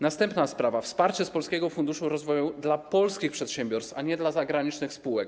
Następna sprawa - wsparcie z Polskiego Funduszu Rozwoju dla polskich przedsiębiorstw, a nie dla zagranicznych spółek.